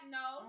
no